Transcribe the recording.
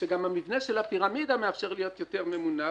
ושגם המבנה של הפירמידה מאפשר להיות יותר ממונף.